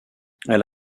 elle